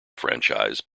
franchise